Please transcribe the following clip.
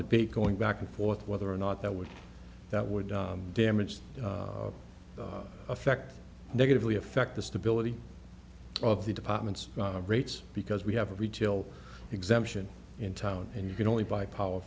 debate going back and forth whether or not that would that would damage the effect negatively affect the stability of the department's rates because we have a retail exemption in town and you can only buy power